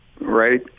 right